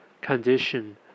condition